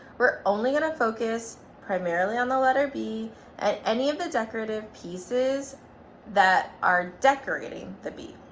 we're only going to focus primarily on the letter b and any of the decorative pieces that are decorating the b.